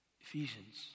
Ephesians